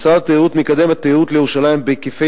משרד התיירות מקדם את התיירות לירושלים בהיקפי